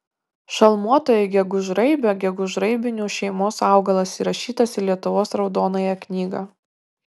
šalmuotoji gegužraibė gegužraibinių šeimos augalas įrašytas į lietuvos raudonąją knygą